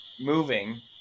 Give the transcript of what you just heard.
moving